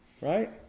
Right